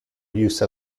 use